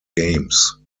games